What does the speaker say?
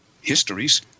histories